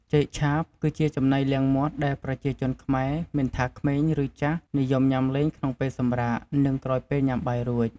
ចេកឆាបគឺជាចំណីលាងមាត់ដែលប្រជាជនខ្មែរមិនថា ក្មេង ឬចាស់និយមញុាំលេងក្នុងពេលសម្រាក និងក្រោយពេលញុំាបាយរួច។